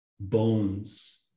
bones